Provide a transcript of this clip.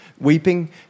weeping